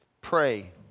Pray